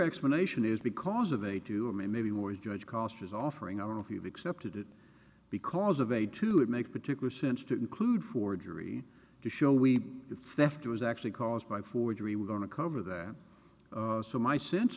explanation is because of a two or maybe more judge costers offering i don't know if you've accepted it because of a two it makes particular sense to include forgery to show we theft was actually caused by forgery we're going to cover that so my sense